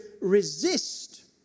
resist